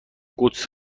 قدسی